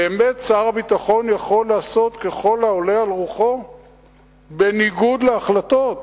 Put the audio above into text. באמת שר הביטחון יכול לעשות ככל העולה על רוחו בניגוד להחלטות?